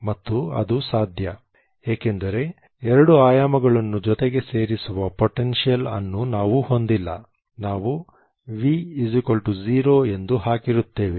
ಮತ್ತು ಅದು ಸಾಧ್ಯ ಏಕೆಂದರೆ ಎರಡು ಆಯಾಮಗಳನ್ನು ಜೊತೆಗೆ ಸೇರಿಸುವ ಪೊಟೆನ್ಷಿಯಲ್ ಅನ್ನು ನಾವು ಹೊಂದಿಲ್ಲ ನಾವು V 0 ಎಂದು ಹಾಕಿರುತ್ತೇವೆ